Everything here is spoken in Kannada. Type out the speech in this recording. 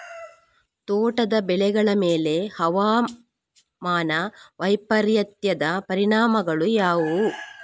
ತೋಟದ ಬೆಳೆಗಳ ಮೇಲೆ ಹವಾಮಾನ ವೈಪರೀತ್ಯದ ಪರಿಣಾಮಗಳು ಯಾವುವು?